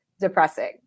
depressing